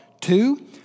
Two